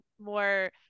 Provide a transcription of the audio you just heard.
more